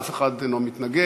אף אחד אינו מתנגד,